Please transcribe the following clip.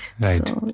Right